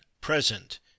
present